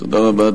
תודה רבה.